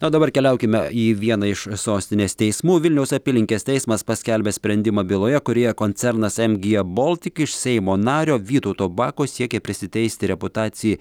na o dabar keliaukime į vieną iš sostinės teismų vilniaus apylinkės teismas paskelbė sprendimą byloje kurioje koncernas mg baltic iš seimo nario vytauto bako siekia prisiteisti reputacijai